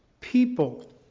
people